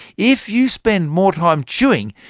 if you spend more time chewing,